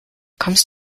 kommst